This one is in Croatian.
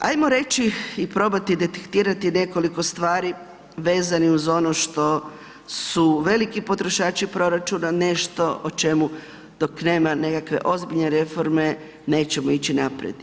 Hajmo reći i probati detektirati nekoliko stvari vezanih uz ono što su veliki potrošači proračuna, nešto o čemu dok nema nekakve ozbiljne reforme nećemo ići naprijed.